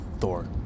Thor